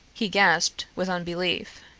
he gasped with unbelief.